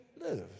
live